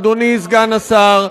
אדוני סגן השר.